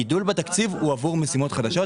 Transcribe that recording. הגידול בתקציב הוא עבור משימות חדשות,